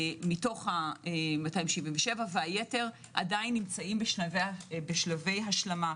מתוך ה-267 והיתר עדיין נמצאים בשלבי השלמה.